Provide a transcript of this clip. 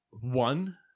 One